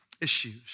issues